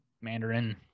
Mandarin